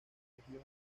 región